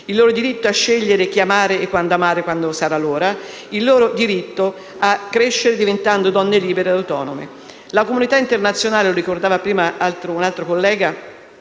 il loro diritto a scegliere chi amare e quando amare quando sarà l'ora, il loro diritto a crescere diventando donne libere ed autonome. La comunità internazionale, come ricordava un altro collega,